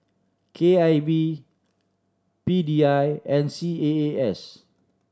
K I V P D I and C A A S